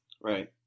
Right